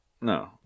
no